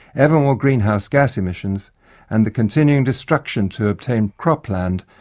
ever more greenhouse gas emissions and the continuing destruction to obtain cropland,